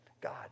God